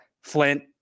Flint